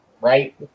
right